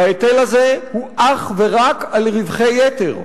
ההיטל הזה הוא אך ורק על רווחי יתר,